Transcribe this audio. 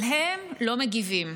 אבל הם לא מגיבים.